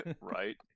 right